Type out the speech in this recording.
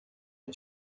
uma